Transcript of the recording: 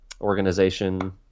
organization